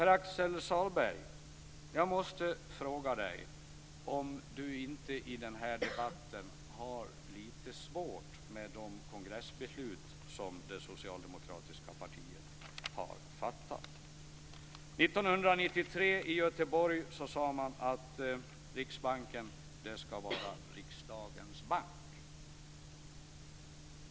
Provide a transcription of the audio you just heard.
Jag måste fråga Pär Axel Sahlberg om han inte i den här debatten har litet svårt med de kongressbeslut som det socialdemokratiska partiet har fattat. 1993 sade man i kongressen i Göteborg att Riksbanken skall vara riksdagens bank.